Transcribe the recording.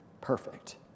perfect